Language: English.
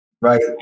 Right